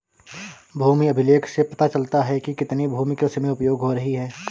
भूमि अभिलेख से पता चलता है कि कितनी भूमि कृषि में उपयोग हो रही है